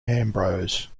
ambrose